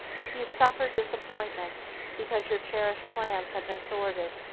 if you suffer disappointment because your cherished plans have been thwarted,